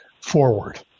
forward